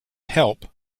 help